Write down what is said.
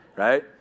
right